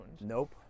Nope